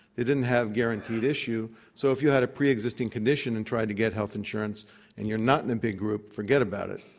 didn't have guaranteed issue, so if you had a preexisting condition and tried to get health insurance and you're not in a big group, forget about it.